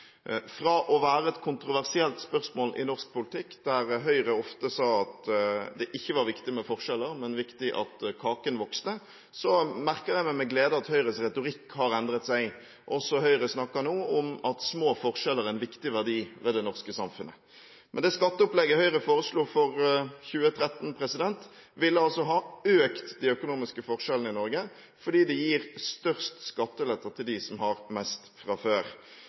Fra å være et kontroversielt spørsmål i norsk politikk, der Høyre ofte sa at det ikke var viktig med forskjeller, men viktig at kaken vokste, merker jeg meg med glede at Høyres retorikk har endret seg. Også Høyre snakker nå om at små forskjeller er en viktig verdi i det norske samfunnet. Men det skatteopplegget Høyre foreslår for 2013, ville ha økt de økonomiske forskjellene i Norge fordi det gir størst skatteletter til dem som har mest fra før.